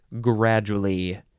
gradually